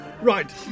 Right